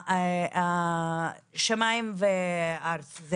זה שמיים וארץ.